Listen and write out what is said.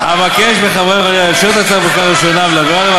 אבקש מחברי הכנסת לאשר את הצעת החוק בקריאה ראשונה ולהעבירה